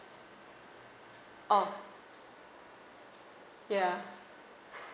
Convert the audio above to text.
oh ya